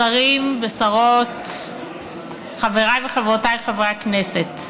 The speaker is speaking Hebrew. שרים ושרות, חבריי וחברותיי חברי הכנסת,